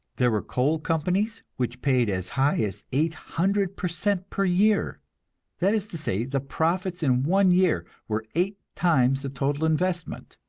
there were coal companies which paid as high as eight hundred per cent per year that is to say, the profits in one year were eight times the total investment.